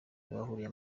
bahuriye